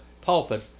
pulpit